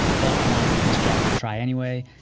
but i want to give this jacket a try anyway.